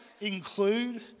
include